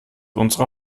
unsere